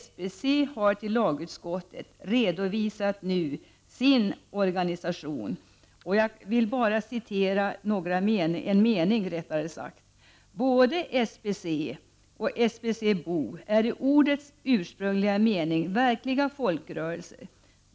SBC har nu redovisat sin organisation för lagutskottet. Följande mening förtjänar att citeras: ”Både SBC och SBC BO är i ordets ursprungliga mening verkliga folkrörelser.